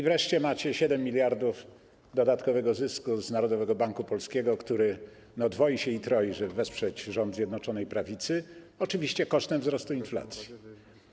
Wreszcie, macie 7 mld zł dodatkowego zysku z Narodowego Banku Polskiego, który dwoi się i troi, żeby wesprzeć rząd Zjednoczonej Prawicy, oczywiście kosztem wzrostu inflacji.